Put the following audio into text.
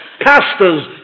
pastors